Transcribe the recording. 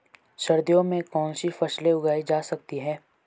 सर्दियों में कौनसी फसलें उगाई जा सकती हैं?